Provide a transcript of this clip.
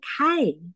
okay